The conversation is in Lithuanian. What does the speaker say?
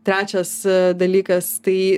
trečias dalykas tai